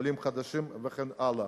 עולים חדשים וכן הלאה.